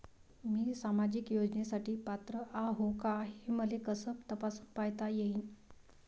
मी सामाजिक योजनेसाठी पात्र आहो का, हे मले कस तपासून पायता येईन?